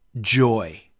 joy